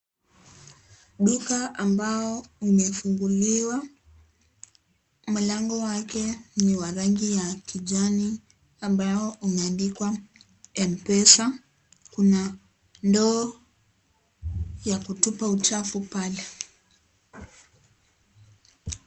Duka ambao umefunguliwa. Mlango wake ni wa rangi ya kijani ambao umeandikwa, Mpesa. Kuna ndoo ya kutupa uchafu pale.